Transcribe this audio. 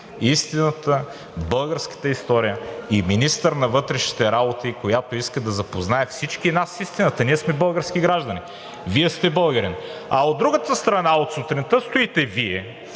истината, българската история и министърът на външните работи, която иска да запознае всички нас с истината. Ние сме български граждани. Вие сте българин. А от другата страна, от сутринта Вие и